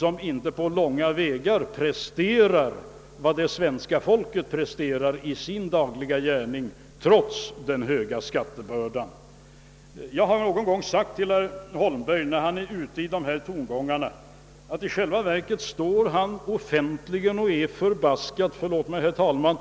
men där man på långa vägar inte presterar vad det svenska folket presterar i sin dagliga gärning, trots den höga skattebördan. Jag har någon gång sagt till herr Holmberg att han, när han slår an dessa tongångar, i själva verket är förbaskat — förlåt, herr talman!